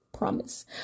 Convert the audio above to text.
promise